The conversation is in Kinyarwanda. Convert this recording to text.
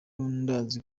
ndazi